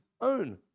own